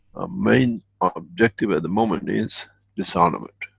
main objective at the moment is disarmament.